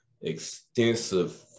extensive